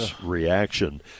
reaction